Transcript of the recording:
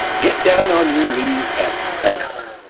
get down on your knees and thank her.